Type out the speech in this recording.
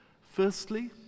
Firstly